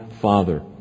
Father